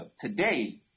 today